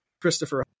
Christopher